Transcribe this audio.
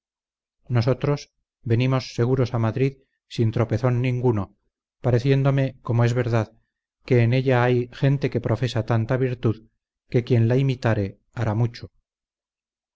nosotros venimos seguros a madrid sin tropezón ninguno pareciéndome como es verdad que en ella hay gente que profesa tanta virtud que quien la imitare hará mucho